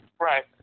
Right